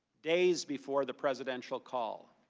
days before the presidential call.